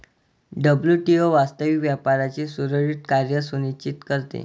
WTO वास्तविक व्यापाराचे सुरळीत कार्य सुनिश्चित करते